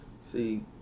See